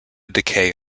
decay